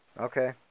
Okay